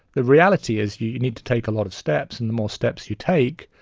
the reality is you need to take a lot of steps, and the more steps you take,